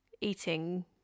eating